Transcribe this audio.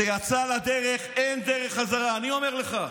זה יצא לדרך, אין דרך חזרה, אני אומר לך.